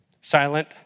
silent